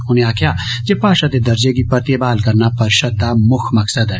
उनें आक्खेआ जे भाषा दे दर्जे गी परतिए बहाल करना परिषद दा मुक्ख मकसद ऐ